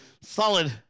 Solid